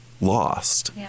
lost